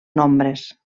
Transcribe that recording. nombres